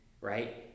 right